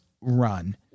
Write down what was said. run